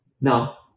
Now